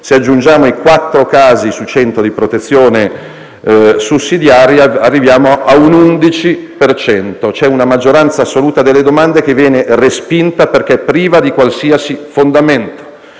Se aggiungiamo i quattro casi su 100 di protezione sussidiaria, arriviamo a un 11 per cento. C'è una maggioranza assoluta delle domande che viene respinta, perché priva di qualsiasi fondamento.